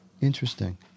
Interesting